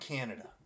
Canada